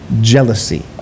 jealousy